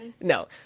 No